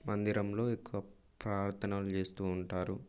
మందిరంలో ఎక్కువ ప్రార్థనలు చేస్తూ ఉంటారు